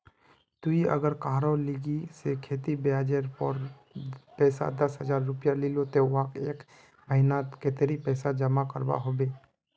ती अगर कहारो लिकी से खेती ब्याज जेर पोर पैसा दस हजार रुपया लिलो ते वाहक एक महीना नात कतेरी पैसा जमा करवा होबे बे?